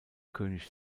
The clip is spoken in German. könig